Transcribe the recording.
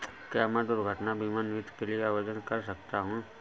क्या मैं दुर्घटना बीमा नीति के लिए आवेदन कर सकता हूँ?